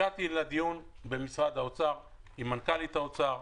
הגעתי לדיון במשרד האוצר עם מנכ"לית משרד האוצר,